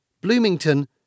Bloomington